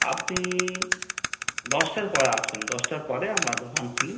আপনি দশটার পরে আসবেন দশটার পরে আমরা দোকান খুলি